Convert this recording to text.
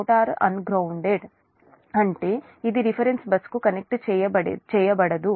motor ungrounded అంటే ఇది reference బస్కు కనెక్ట్ చేయబడదు